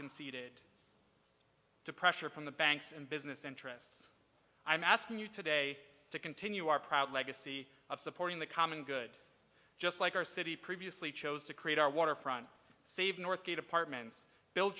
conceded to pressure from the banks and business interests i'm asking you today to continue our proud legacy of supporting the common good just like our city previously chose to create our waterfront save northgate apartments buil